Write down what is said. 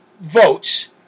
votes